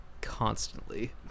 constantly